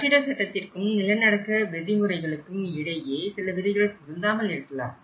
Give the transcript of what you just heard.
கட்டிட சட்டத்திற்கும் நிலநடுக்க வழிமுறைகளுக்கு இடையே சில விதிகள் பொருந்தாமல் இருக்கலாம்